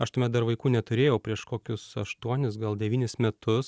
aš tuomet dar vaikų neturėjau prieš kokius aštuonis gal devynis metus